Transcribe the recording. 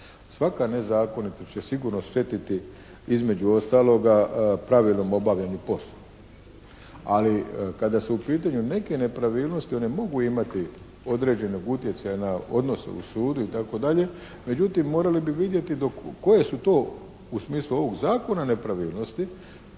Svaka nezakonitost će sigurno štetiti između ostaloga pravilnom obavljanju posla, ali kada su u pitanju neke nepravilnosti one mogu imati određenog utjecaja na odnose u sudu itd. Međutim morali bi vidjeti koje su to u smislu ovog zakona nepravilnosti